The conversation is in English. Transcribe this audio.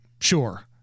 sure